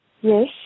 Yes